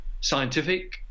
scientific